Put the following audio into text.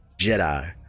jedi